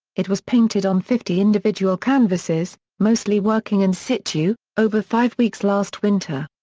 it was painted on fifty individual canvases, mostly working in situ, over five weeks last winter.